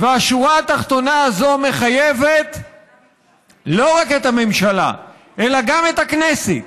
והשורה התחתונה הזאת מחייבת לא רק את הממשלה אלא גם את הכנסת